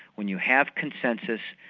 when you have consensus,